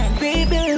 baby